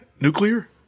Nuclear